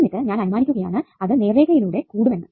എന്നിട്ടു ഞാൻ അനുമാനിക്കുകയാണ് അത് നേർരേഖയിലൂടെ കൂടും എന്ന്